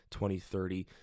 2030